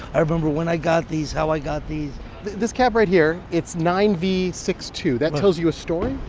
i remember when i got these, how i got these this cab right here, it's nine v six two. that tells you a story?